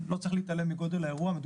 לא צריך להתעלם מגודל האירוע.